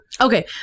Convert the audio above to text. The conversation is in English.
Okay